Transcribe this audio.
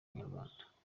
abanyarwanda